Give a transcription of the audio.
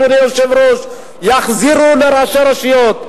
אדוני היושב-ראש: יחזירו לראשי הרשויות.